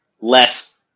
Less